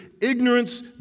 ignorance